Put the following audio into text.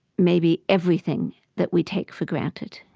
maybe everything that we take for granted.